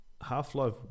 Half-Life